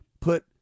put